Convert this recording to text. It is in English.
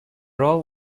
role